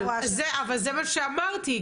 זה מה שאמרתי,